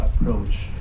approach